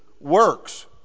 works